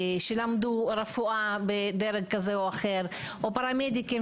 שלמדו רפואה בדרג כזה או אחר או פרמדיקים